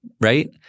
right